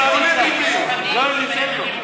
ניתן לו.